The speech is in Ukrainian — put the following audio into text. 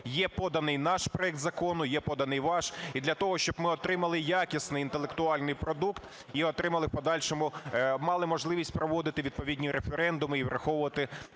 є поданий наш проект закону, є поданий ваш і для того, щоб ми отримали якісний інтелектуальний продукт і отримали в подальшому, мали можливість проводити відповідні референдуми і враховувати